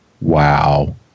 Wow